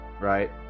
right